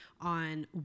on